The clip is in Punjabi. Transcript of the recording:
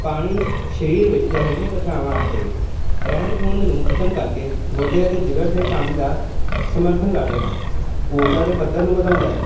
ਪਾਣੀ ਸਰੀਰ ਵਿੱਚ ਜ਼ਹਿਰੀਲੇ ਪਦਾਰਥਾਂ ਅਤੇ ਰਹਿੰਦ ਖੂੰਹਦ ਨੂੰ ਖਤਮ ਕਰਕੇ ਗੁਰਦੇ ਅਤੇ ਜਿਗਰ ਦੇ ਕੰਮ ਦਾ ਸਮਰਥਨ ਕਰਦਾ ਹੈ ਊਰਜਾ ਦੇ ਪੱਧਰ ਨੂੰ ਵਧਾਉਂਦਾ ਹੈ